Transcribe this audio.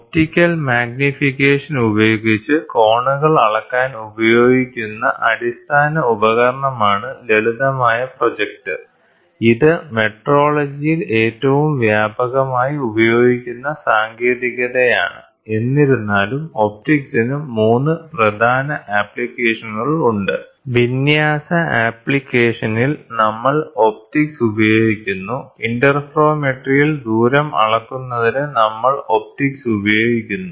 optical magnification ഉപയോഗിച്ച് കോണുകൾ അളക്കാൻ ഉപയോഗിക്കുന്ന അടിസ്ഥാന ഉപകരണമാണ് ലളിതമായ പ്രൊജക്ടർ ഇത് മെട്രോളജിയിൽ ഏറ്റവും വ്യാപകമായി ഉപയോഗിക്കുന്ന സാങ്കേതികതയാണ് എന്നിരുന്നാലും ഒപ്റ്റിക്സിന് 3 പ്രധാന ആപ്ലിക്കേഷനുകൾ ഉണ്ട് വിന്യാസ ആപ്ലിക്കേഷനിൽ നമ്മൾ ഒപ്റ്റിക്സ് ഉപയോഗിക്കുന്നു ഇന്റർഫെറോമെട്രിയിൽ ദൂരം അളക്കുന്നതിന് നമ്മൾ ഒപ്റ്റിക്സ് ഉപയോഗിക്കുന്നു